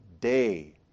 day